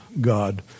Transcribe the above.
God